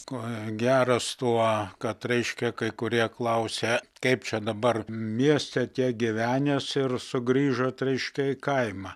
kuo geras tuo kad reiškia kai kurie klausia kaip čia dabar mieste tiek gyvenęs ir sugrįžot reiškia į kaimą